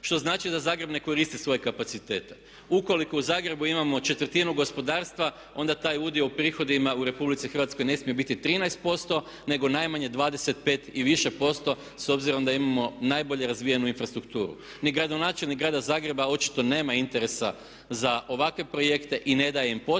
što znači da Zagreb ne koristi svoje kapacitete. Ukoliko u Zagrebu imamo četvrtinu gospodarstva onda taj udio u prihodima u Republici Hrvatskoj ne smije biti 13% nego najmanje 25 i više posto s obzirom da imamo najbolje razvijenu infrastrukturu. Ni gradonačelnik grada Zagreba očito nema interesa za ovakve projekte i ne daje im potporu,